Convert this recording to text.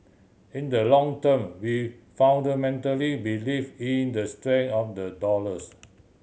in the long term we fundamentally believe in the strength of the dollars